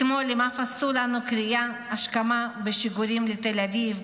אתמול הם אף עשו לנו קריאת השכמה בשיגורים לתל אביב,